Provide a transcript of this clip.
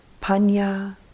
Panya